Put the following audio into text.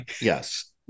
Yes